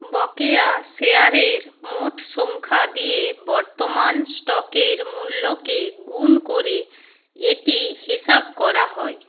বকেয়া শেয়ারের মোট সংখ্যা দিয়ে বর্তমান স্টকের মূল্যকে গুণ করে এটি হিসাব করা হয়